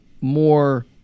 more